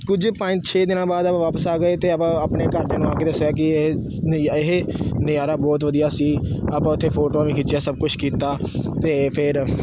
ਕੁਝ ਪੰਜ ਛੇ ਦਿਨਾਂ ਬਾਅਦ ਆਪਾਂ ਵਾਪਸ ਆ ਗਏ ਅਤੇ ਆਪਾਂ ਆਪਣੇ ਘਰਦਿਆਂ ਨੂੰ ਆ ਕੇ ਦੱਸਿਆ ਕਿ ਇਹ ਸ ਨ ਇਹ ਨਜ਼ਾਰਾ ਬਹੁਤ ਵਧੀਆ ਸੀ ਆਪਾਂ ਉੱਥੇ ਫੋਟੋਆਂ ਵੀ ਖਿੱਚੀਆਂ ਸਭ ਕੁਛ ਕੀਤਾ ਅਤੇ ਫਿਰ